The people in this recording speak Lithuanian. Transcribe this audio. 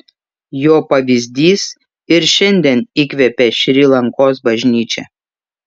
jo pavyzdys ir šiandien įkvepia šri lankos bažnyčią